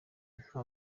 nta